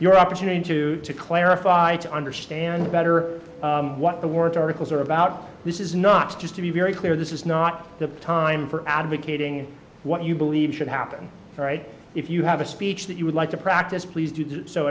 your opportunity to clarify to understand better what the work articles are about this is not just to be very clear this is not the time for advocating what you believe should happen right if you have a speech that you would like to practice please do so